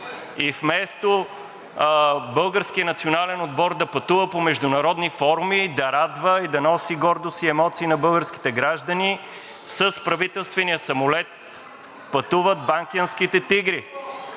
И вместо българският национален отбор да пътува по международни форуми, да радва и да носи гордост и емоции на българските граждани, с правителствения самолет пътуват банкенските тигри.